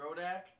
Rodak